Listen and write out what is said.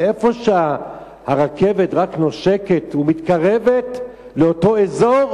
ואיפה שהרכבת רק נושקת ומתקרבת לאותו אזור,